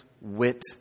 wit